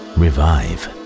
revive